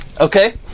Okay